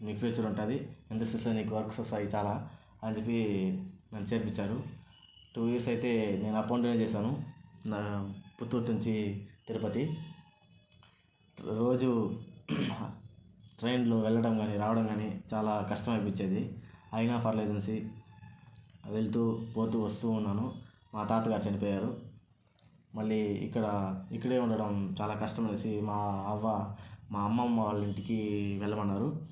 నీకు ఫ్యూచర్ ఉంటుంది ఇండస్ట్రీస్లో నీకు వర్క్స్ వస్తాయి చాలా అని చెప్పి నన్ను చేర్పించారు టూ ఇయర్స్ అయితే నేను అప్ అండ్ డౌన్ చేశాను పుత్తూరు నుంచి తిరుపతి రోజు ట్రైన్లో వెళ్లడం కానీ రావడం కానీ చాలా కష్టం అనిపించేది అయినా పర్లేదు అనేసి వెళ్తూ పోతూ వస్తూ ఉన్నాను మా తాతగారు చనిపోయారు మళ్లీ ఇక్కడ ఇక్కడే ఉండడం చాలా కష్టం అనిపించి మా అవ్వ మా అమ్మమ్మ వాళ్ళ ఇంటికి వెళ్ళమన్నారు